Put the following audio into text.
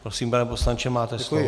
Prosím, pane poslanče, máte slovo.